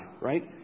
right